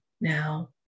now